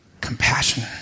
compassion